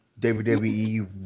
WWE